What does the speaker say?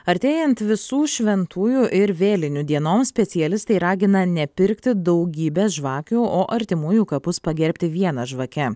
artėjant visų šventųjų ir vėlinių dienoms specialistai ragina nepirkti daugybės žvakių o artimųjų kapus pagerbti viena žvake